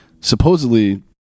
supposedly